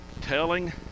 telling